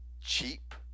cheap